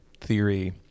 theory